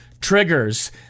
triggers